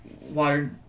Water